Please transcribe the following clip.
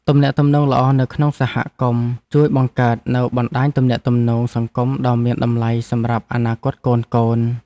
ទំនាក់ទំនងល្អនៅក្នុងសហគមន៍ជួយបង្កើតនូវបណ្តាញទំនាក់ទំនងសង្គមដ៏មានតម្លៃសម្រាប់អនាគតកូនៗ។